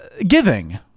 giving